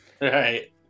Right